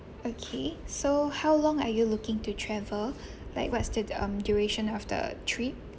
okay so how long are you looking to travel like what's the um duration of the trip